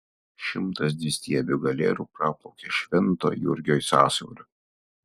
šimtas dvistiebių galerų praplaukė švento jurgio sąsiauriu